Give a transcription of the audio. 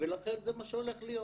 ולכן זה מה שהולך להיות,